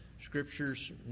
Scriptures